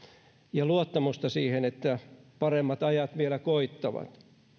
ja luottamusta siihen että paremmat ajat vielä koittavat